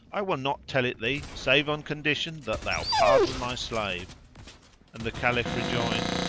i will not tell it thee, save on condition that thou pardon my slave and the caliph rejoined,